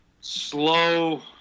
slow